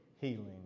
healing